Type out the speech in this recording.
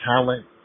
talent